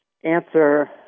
answer